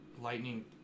lightning